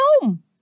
home